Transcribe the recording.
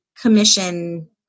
commission